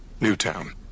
Newtown